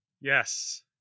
Yes